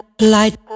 Light